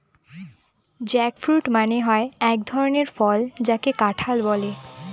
jackfruit মানে হয় এক ধরনের ফল যাকে কাঁঠাল বলে